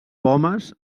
pomes